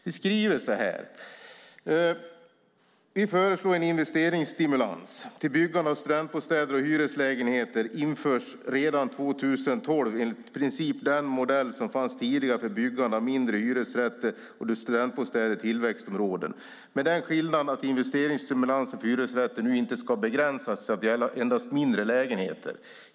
Vi skriver så här: Vi föreslår att en investeringsstimulans till byggande av studentbostäder och hyreslägenheter införs redan 2012 enligt i princip den modell som fanns tidigare för byggande av mindre hyresrätter och studentbostäder i tillväxtområden, med den skillnaden att investeringsstimulansen för hyresrätter nu inte ska begränsas till att gälla endast mindre lägenheter.